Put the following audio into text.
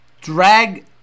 drag